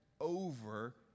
over